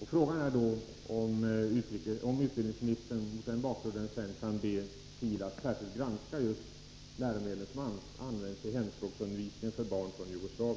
Jag räknar med att skolministern mot denna bakgrund kan be SIL att särskilt granska de läromedel som används i hemspråksundervisningen när det gäller barn från Jugoslavien.